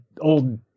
old